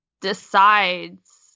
decides